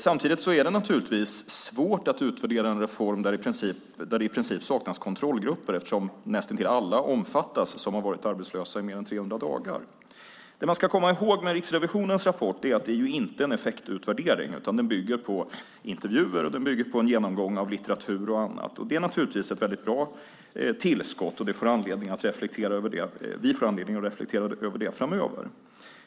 Samtidigt är det svårt att utvärdera en reform där det i princip saknas kontrollgrupper eftersom näst intill alla som har varit arbetslösa i mer än 300 dagar omfattas. Man ska komma ihåg att Riksrevisionens rapport inte är en effektutvärdering, utan den bygger på intervjuer och en genomgång av litteratur och annat. Den är naturligtvis ett väldigt bra tillskott, och vi får anledning att reflektera över den framöver.